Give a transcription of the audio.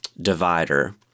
divider